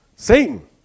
Satan